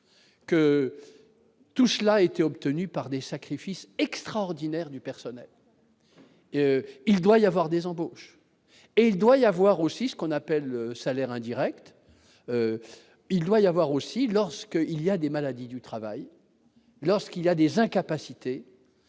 que tout cela a été obtenu par des sacrifices extraordinaires du personnel. Il doit y avoir des embauches et il doit y avoir aussi ce qu'on appelle le salaire indirect, il doit y avoir aussi lorsque, il y a des maladies du travail lorsqu'il y a des incapacités